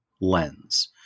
lens